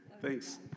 Thanks